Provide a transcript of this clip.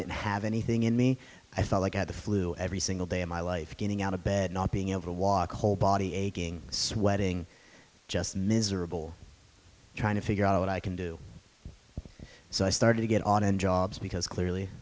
didn't have anything in me i felt like at the flu every single day of my life getting out of bed not being able to walk whole body aching sweating just miserable trying to figure out what i can do so i started to get on in jobs because clearly